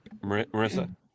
Marissa